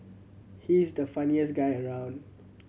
he's the funniest guy around